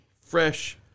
Fresh